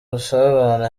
ubusabane